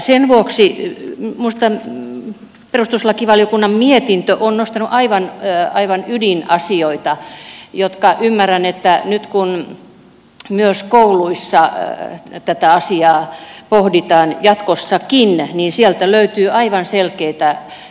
sen vuoksi minusta perustuslakivaliokunnan mietintö on nostanut aivan ydinasioita esille että nyt kun myös kouluissa tätä asiaa pohditaan jatkossakin niin sieltä löytyy aivan selkeitä asioita